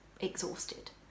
exhausted